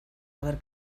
haber